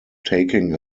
taking